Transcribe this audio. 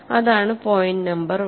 അതാണ് point number one